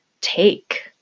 take